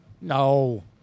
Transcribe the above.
No